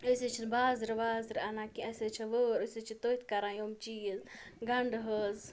أسۍ حظ چھِنہٕ بازرٕ وازرٕ اَنان کیٚنٛہہ اَسہِ حظ چھِ وٲر أسۍ حظ چھِ تٔتھۍ کَران یِم چیٖز گَنٛڈٕ حظ